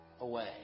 away